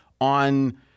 on